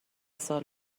سال